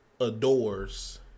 adores